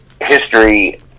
history